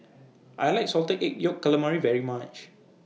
I like Salted Egg Yolk Calamari very much